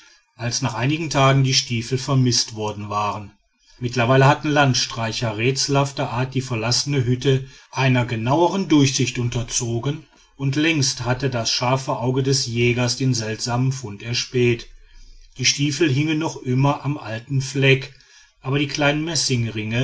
als nach einigen tagen die stiefel vermißt worden waren mittlerweile hatten landstreicher rätselhafter art die verlassenen hütten einer genauern durchsicht unterzogen und längst hatte das scharfe auge des jägers den seltsamen fund erspäht die stiefel hingen noch immer am alten fleck aber die kleinen